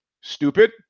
stupid